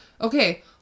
Okay